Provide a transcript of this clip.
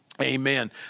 amen